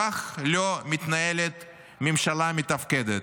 כך לא מתנהלת ממשלה מתפקדת.